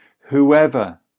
Whoever